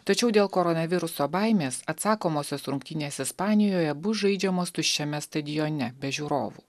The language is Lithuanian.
tačiau dėl koronaviruso baimės atsakomosios rungtynės ispanijoje bus žaidžiamos tuščiame stadione be žiūrovų